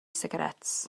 sigaréts